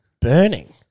burning